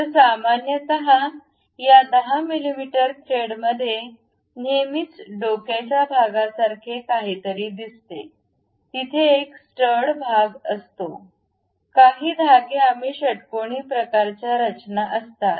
तर सामान्यत या 10 मिमी थ्रेडमध्ये नेहमीच डोक्याच्या भागासारखे काहीतरी दिसते तिथे एक स्टड भाग असतो काही धागे काही षटकोनी प्रकारच्या रचना असतात